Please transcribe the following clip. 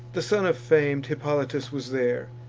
the son of fam'd hippolytus was there,